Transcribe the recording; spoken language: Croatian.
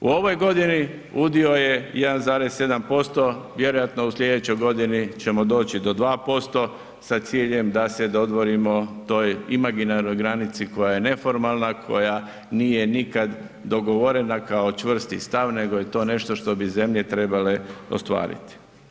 U ovoj godini udio je 1,7%, vjerojatno u sljedećoj godini ćemo doći do 2% sa ciljem da se dodvorimo toj imaginarnoj granici koja je neformalna, koja nije nikad dogovorena kao čvrsti stav nego je to nešto što bi zemlje trebale ostvariti.